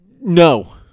no